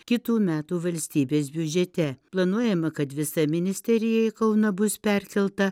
kitų metų valstybės biudžete planuojama kad visa ministerija į kauną bus perkelta